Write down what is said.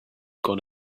gone